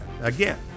Again